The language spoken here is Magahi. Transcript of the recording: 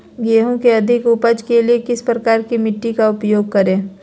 गेंहू की अधिक उपज के लिए किस प्रकार की मिट्टी का उपयोग करे?